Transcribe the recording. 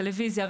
טלוויזיה,